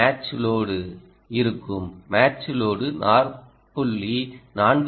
match load இருக்கும் match load 4